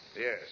Yes